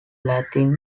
latin